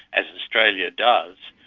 as australia does,